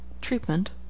Treatment